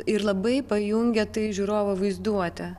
ir labai pajungia tai žiūrovo vaizduotę